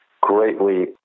greatly